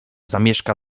zamieszka